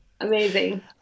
Amazing